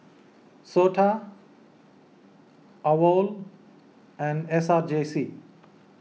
Sota Awol and S R J C